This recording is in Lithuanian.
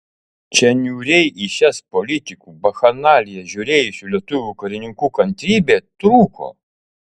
čia niūriai į šias politikų bakchanalijas žiūrėjusių lietuvių karininkų kantrybė trūko